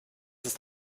ist